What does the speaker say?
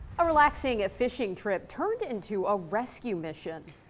a relaxing a fishing trip turned into a rescue mission.